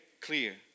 clear